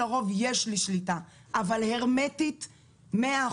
לרוב יש לי שליטה, אבל הרמטית, 100%?